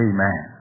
Amen